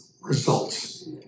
results